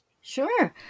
Sure